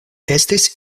estis